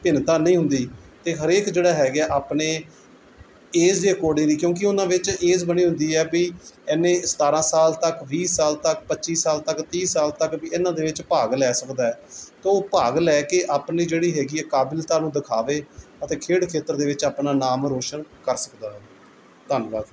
ਭਿੰਨਤਾ ਨਹੀਂ ਹੁੰਦੀ ਅਤੇ ਹਰੇਕ ਜਿਹੜਾ ਹੈਗਾ ਹੈ ਆਪਣੇ ਏਜ਼ ਦੇ ਅਕੋਡਿੰਗਲੀ ਕਿਉਂਕਿ ਉਹਨਾਂ ਵਿੱਚ ਏਜ਼ ਬਣੀ ਹੁੰਦੀ ਹੈ ਵੀ ਐਨੇ ਸਤਾਰ੍ਹਾਂ ਸਾਲ ਤੱਕ ਵੀਹ ਸਾਲ ਤੱਕ ਪੱਚੀ ਸਾਲ ਤੱਕ ਤੀਹ ਸਾਲ ਤੱਕ ਵੀ ਇਹਨਾਂ ਦੇ ਵਿੱਚ ਭਾਗ ਲੈ ਸਕਦਾ ਹੈ ਤਾਂ ਉਹ ਭਾਗ ਲੈ ਕੇ ਆਪਣੀ ਜਿਹੜੀ ਹੈਗੀ ਹੈ ਕਾਬਲੀਅਤ ਨੂੰ ਦਿਖਾਵੇ ਅਤੇ ਖੇਡ ਖੇਤਰ ਦੇ ਵਿੱਚ ਆਪਣਾ ਨਾਮ ਰੋਸ਼ਨ ਕਰ ਸਕਦਾ ਧੰਨਵਾਦ